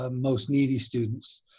ah most needy students.